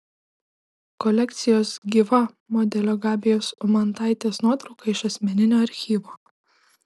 kolekcijos gyva modelio gabijos umantaitės nuotrauka iš asmeninio archyvo